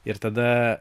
ir tada